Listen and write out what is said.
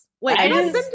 wait